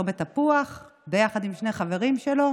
בצומת תפוח ביחד עם שני חברים שלו,